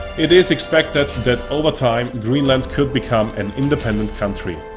it is expected that over time greenland could become an independent country.